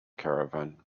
caravan